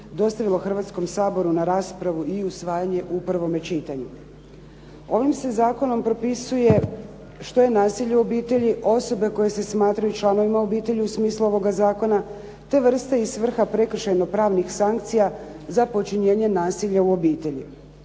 dostavilo Hrvatskom saboru na raspravu i usvajanje u prvome čitanju. Ovim se zakonom propisuje što je nasilje u obitelji, osobe koje se smatraju članovima obitelji u smislu ovoga zakona, te vrste i svrha prekršajno pravnih sankcija za počinjenje nasilja u obitelji.